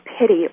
pity